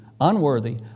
unworthy